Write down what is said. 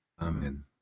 Amen